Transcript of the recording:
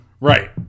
Right